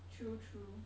true true